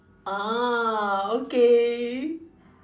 orh okay